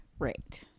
Right